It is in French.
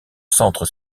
centre